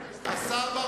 שר החינוך,